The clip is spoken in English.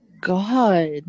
god